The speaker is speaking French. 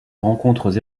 rencontres